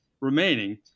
remaining